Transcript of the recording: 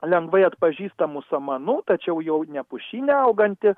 lengvai atpažįstamų samanų tačiau jau ne pušyne auganti